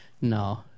No